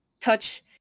touch